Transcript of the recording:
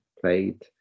played